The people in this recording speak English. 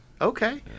Okay